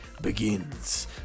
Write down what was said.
begins